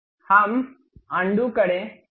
हम अनडू करें